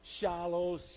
shallow